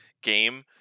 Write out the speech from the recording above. game